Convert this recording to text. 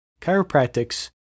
chiropractics